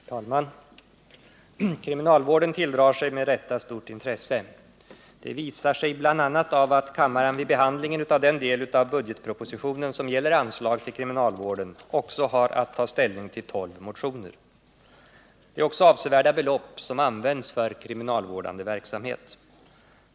Herr talman! Kriminalvården tilldrar sig med rätta stort intresse. Det visar sig bl.a. av att kammaren vid behandlingen av den del av budgetpropositionen som gäller anslag till kriminalvården även har att ta ställning till 12 motioner. Det är också avsevärda belopp som används för kriminalvårdande verksamhet.